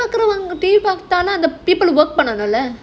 பாக்குறவங்க:paakuravanga people work பண்ணனும்ல:pannanumla